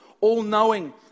all-knowing